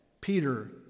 Peter